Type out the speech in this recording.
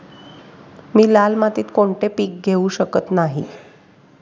मी लाल मातीत कोणते पीक घेवू शकत नाही?